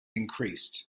increased